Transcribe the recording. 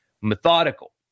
methodical